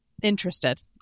interested